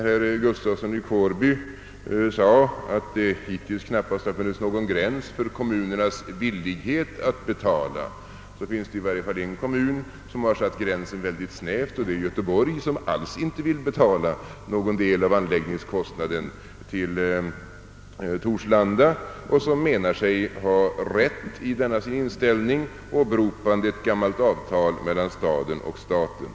Herr Gustafsson i Kårby sade, att det hittills knappast funnits någon gräns för kommunernas villighet att betala. Det finns i varje fall en kommun som mycket snävt satt upp en sådan gräns, och det är Göteborg som inte vill betala någon del alls av anläggningskostnaden för Torslanda. Göteborgs stad åberopar som stöd för denna inställning ett gammalt avtal mellan staden och staten.